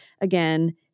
again